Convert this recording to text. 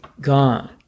gone